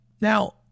Now